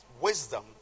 Wisdom